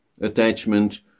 attachment